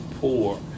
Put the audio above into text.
poor